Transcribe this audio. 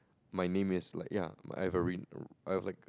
my name is like ya I have re~ I have like